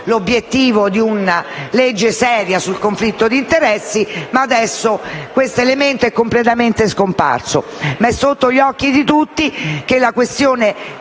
l'obiettivo di una legge seria sul conflitto di interessi, ma adesso questo elemento è completamente scomparso. È sotto gli occhi di tutti che la questione